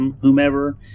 whomever